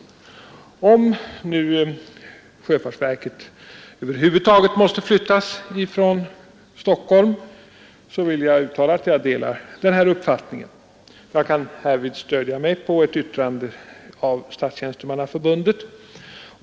Om nu sjöfartsverket över huvud taget måste flyttas från Stockholm, delar jag sstyrelsens uppfattning. Jag kan härvid stödja mig på ett yttrande av Statstjänstemannaförbundet.